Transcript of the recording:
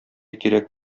кирәк